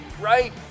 Right